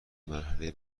مرحله